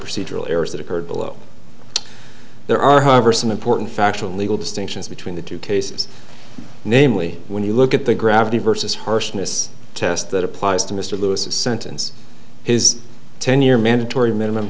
procedural errors that occurred below there are however some important factual legal distinctions between the two cases namely when you look at the gravity versus harshness test that applies to mr lewis a sentence his ten year mandatory minimum